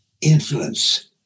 influence